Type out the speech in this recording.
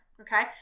okay